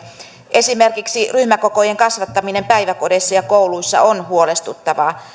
esimerkiksi ryhmäkokojen kasvattaminen päiväkodeissa ja kouluissa on huolestuttavaa